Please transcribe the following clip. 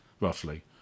roughly